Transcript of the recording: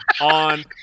on